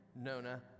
Nona